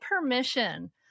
permission